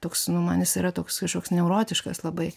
toks nu man jis yra toks kažkoks neurotiškas labai